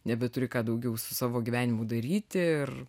nebeturi ką daugiau su savo gyvenimu daryti ir